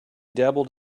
dabbled